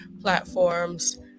platforms